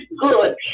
good